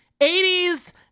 80s